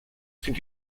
sind